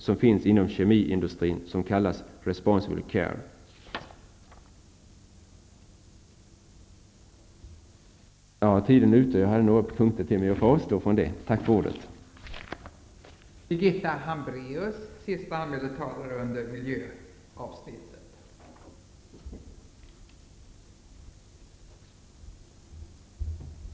Det finns inom kemiindustrin ett projekt som kallas Responsible Care, där företagen ställer hårda krav på sina underleverantörer, samarbetspartner och kunder. Min taletid är nu ute. Jag hade tänkt ta upp ytterligare några punkter, men jag får avstå från det.